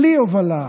בלי הובלה,